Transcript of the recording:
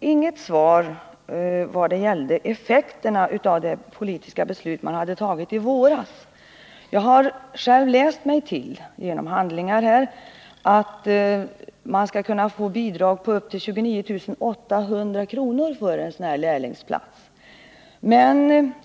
inget svar vad gällde effekterna av de politiska beslut som togs i våras. Jag har själv läst mig till i handlingarna att det skall utgå bidrag på upp till 29 800 kr. för en sådan här lärlingsplats.